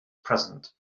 present